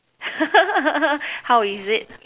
how is it